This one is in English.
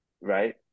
right